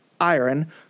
iron